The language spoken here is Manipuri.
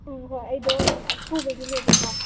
ꯎꯪ ꯍꯣꯏ ꯑꯩꯗꯣ ꯑꯊꯨꯕꯒꯤꯅꯦꯕꯀꯣ